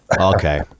okay